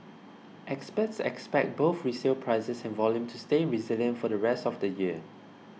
experts expect both resale prices and volume to stay resilient for the rest of the year